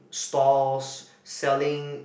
stalls selling